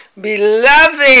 beloved